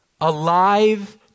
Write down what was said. alive